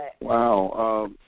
Wow